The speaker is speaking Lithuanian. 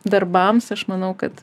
darbams aš manau kad